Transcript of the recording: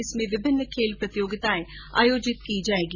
इसमें विभिन्न खेल प्रतियोगिताएं आयोजित की जाएगी